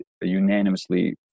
unanimously